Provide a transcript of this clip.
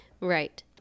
Right